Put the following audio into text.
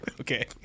Okay